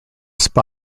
spy